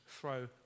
throw